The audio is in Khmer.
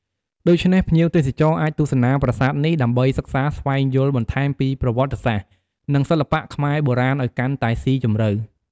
ដូច្នេះភ្ញៀវទេសចរអាចទស្សនាប្រាសាទនេះ ដើម្បីសិក្សាស្វែងយល់បន្ថែមពីប្រវត្តិសាស្ត្រ និងសិល្បៈខ្មែរបុរាណឲ្យកាន់តែសុីជម្រៅ។